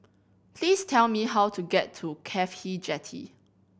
please tell me how to get to CAFHI Jetty